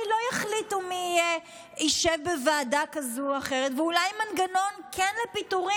תספרי לנו מה אתם עשיתם